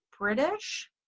British